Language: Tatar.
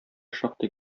шактый